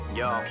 yo